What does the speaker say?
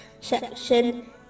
section